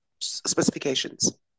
specifications